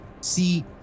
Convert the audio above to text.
see